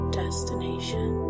destination